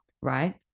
right